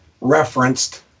referenced